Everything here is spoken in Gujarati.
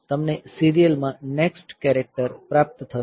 તમને સિરિયલમાં નેક્સ્ટ કેરેક્ટર પ્રાપ્ત થશે